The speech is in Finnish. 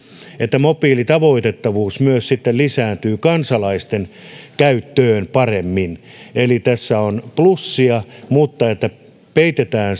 että mobiilitavoitettavuus myös sitten lisääntyy kansalaisten käyttöön paremmin eli tässä on plussia mutta peitetään